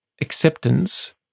acceptance